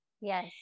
Yes